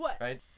Right